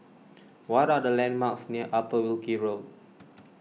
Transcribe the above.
what are the landmarks near Upper Wilkie Road